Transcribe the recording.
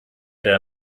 der